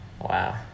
Wow